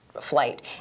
flight